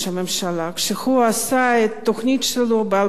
כשהוא עשה את התוכנית שלו ב-2003,